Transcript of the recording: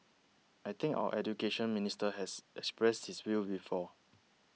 I think our Education Minister has expressed this view before